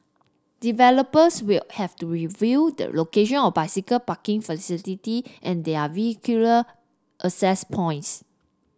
developers will have to review the locations of bicycle parking facilities and their vehicular access points